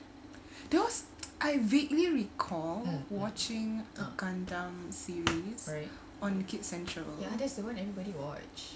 those I vaguely recall watching a gundam series on kids central